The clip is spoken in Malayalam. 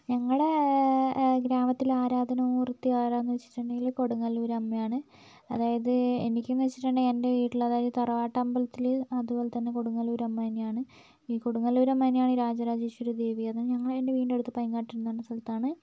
ഞങ്ങളുടെ ഗ്രാമത്തില ആരാധനാമൂർത്തി ആരാന്ന് വെച്ചിട്ടുണ്ടെങ്കിൽ കൊടുങ്ങല്ലൂർ അമ്മയാണ് അതായത് എനിക്കെന്ന് വെച്ചിട്ടിണ്ടെങ്കിൽ എൻ്റെ വീട്ടിൽ അതായത് തറവാട്ട് അമ്പലത്തിൽ അതുപോലതന്നെ കൊടുങ്ങല്ലൂർ അമ്മന്നയാണ് ഈ കൊടുങ്ങല്ലൂർ അമ്മന്നയാണ് ഈ രാജ രാജേശ്വരി ദേവി അതാ ഞങ്ങളുടെ എൻ്റെ വീടിനടുത്ത് പൈങ്ങാട്ടിൻ എന്ന് പറഞ്ഞ സ്ഥലത്താണ്